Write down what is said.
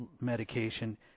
medication